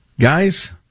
guys